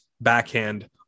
backhand